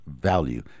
value